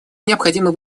необходимо